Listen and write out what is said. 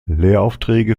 lehraufträge